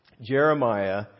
Jeremiah